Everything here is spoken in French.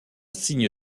signe